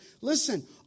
listen